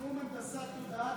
נאום הנדסת תודעה